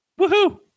Woohoo